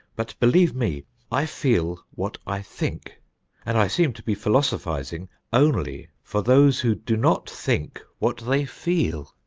but believe me i feel what i think and i seem to be philosophizing only for those who do not think what they feel,